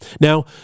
now